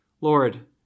Lord